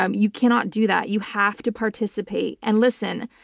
um you cannot do that. you have to participate. and listen,